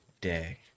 day